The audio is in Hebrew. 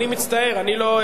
אני לא,